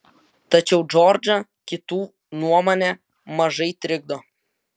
tačiau džordžą kitų nuomonė mažai trikdo